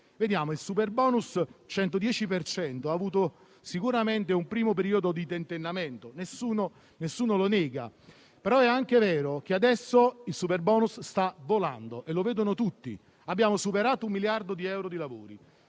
al 110 per cento ha avuto sicuramente un primo periodo di tentennamento e nessuno lo nega, ma è anche vero che adesso sta volando e lo vedono tutti. Abbiamo superato un miliardo di euro di lavori